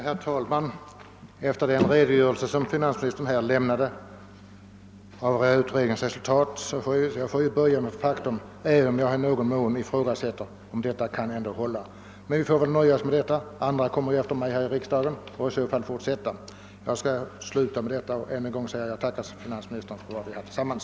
Herr talman! Efter den redogörelse som finansministern här lämnade för utredningens resultat får jag väl böja mig för faktum, även om jag i någon mån ifrågasätter om dessa uppgifter ändå kan hålla. Men vi får nöja oss med detta. Andra kommer efter mig här i riksdagen och kan fortsätta debatten, om det behövs. Jag slutar med detta konstaterande och vill än en gång tacka finansministern för de år vi haft tillsammans.